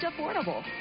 affordable